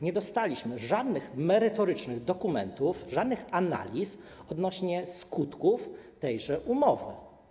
Nie dostaliśmy żadnych merytorycznych dokumentów, żadnych analiz odnośnie do skutków tejże umowy.